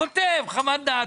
כותב חוות דעת.